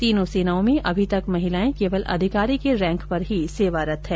तीनों सेनाओं में अभी तक महिलाएं केवल अधिकारी के रैंक पर ही सेवारत हैं